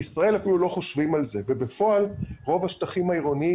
בישראל אפילו לא חושבים על זה ובפועל רוב השטחים העירוניים,